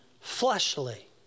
fleshly